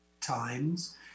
times